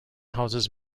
houses